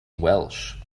welch